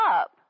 up